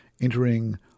entering